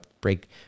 break